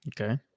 Okay